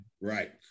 Right